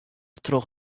troch